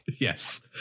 Yes